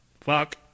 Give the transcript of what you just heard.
Fuck